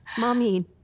Mommy